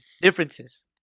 Differences